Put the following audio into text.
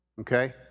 Okay